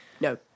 No